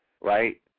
right